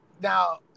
now